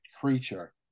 creature